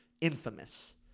infamous